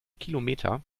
kilometer